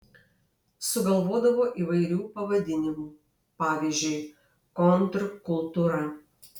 sugalvodavo įvairių pavadinimų pavyzdžiui kontrkultūra